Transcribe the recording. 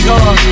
God